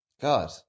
God